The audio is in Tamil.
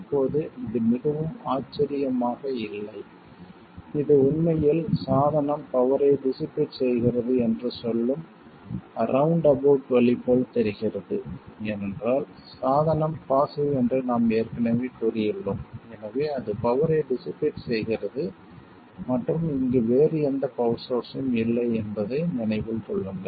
இப்போது இது மிகவும் ஆச்சரியமாக இல்லை இது உண்மையில் சாதனம் பவரை டிஸ்ஸிபேட் செய்கிறது என்று சொல்லும் ரவுண்ட் அபௌட் வழி போல் தெரிகிறது ஏனென்றால் சாதனம் பாஸ்ஸிவ் என்று நாம் ஏற்கனவே கூறியுள்ளோம் எனவே அது பவரை டிஸ்ஸிபேட் செய்கிறது மற்றும் இங்கு வேறு எந்த பவர் சோர்ஸ்ஸும் இல்லை என்பதை நினைவில் கொள்ளுங்கள்